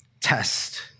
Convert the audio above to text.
test